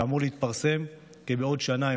שאמור להתפרסם בעוד כשנה,